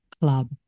club